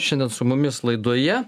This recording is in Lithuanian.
šiandien su mumis laidoje